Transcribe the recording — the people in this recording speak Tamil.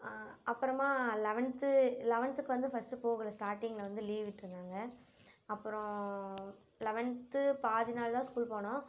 அப்புறமா லவென்த்து லவென்த்துக்கு வந்து ஃபஸ்ட்டு போகலை ஸ்டார்ட்டிங்ல வந்து லீவ் விட்டிருந்தாங்க அப்பறம் லவென்த்து பாதி நாள் தான் ஸ்கூல் போனோம்